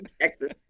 Texas